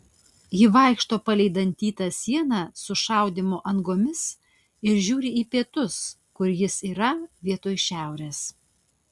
ji vaikšto palei dantytą sieną su šaudymo angomis ir žiūri į pietus kur jis yra vietoj šiaurės